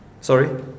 Sorry